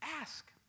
Ask